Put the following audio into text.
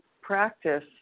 practice